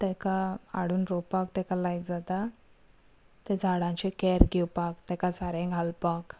तांकां हाडून रोवपाक ताका लायक जाता ते झाडांचे कॅर घेवपाक ताका सारें घालपाक